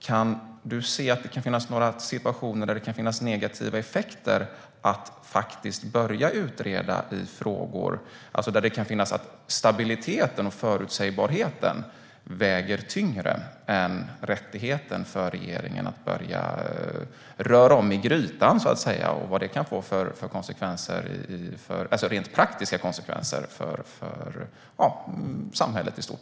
Kan du se att det kan finnas situationer där det kan få negativa effekter att börja utreda i frågor där stabiliteten och förutsägbarheten väger tyngre än rättigheten för regeringen att börja röra om i grytan? Kan du se vilka praktiska konsekvenser det skulle kunna få för samhället i stort?